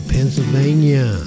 Pennsylvania